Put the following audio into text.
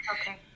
Okay